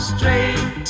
Straight